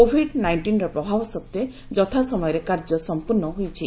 Covid ନାଇଷ୍କିର ପ୍ରଭାବ ସତ୍ୱେ ଯଥା ସମୟରେ କାର୍ଯ୍ୟ ସଂପୂର୍ଣ୍ଣ ହୋଇଛି